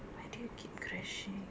I think you keep crashing